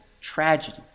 tragedy